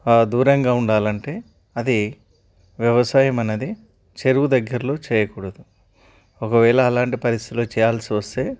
దూరంగా ఉండాలంటే అది వ్యవసాయం అనేది చెరువు దగ్గరలో చేయకూడదు ఒకవేళ అలాంటి పరిస్థితిలో చేయాల్సి వస్తే